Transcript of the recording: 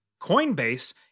Coinbase